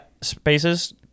spaces